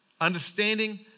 Understanding